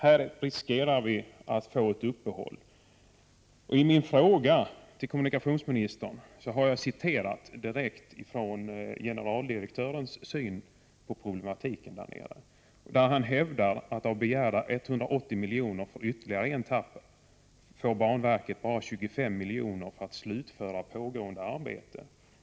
Här riskerar vi ju annars ett uppehåll. I min fråga till kommunikationsministern har jag citerat vad banverkets generaldirektör säger om problematiken där nere. Han hävdar alltså att | banverket av begärda 180 milj.kr. för ytterligare en etapp bara får 25 miljoner för att slutföra pågående arbete.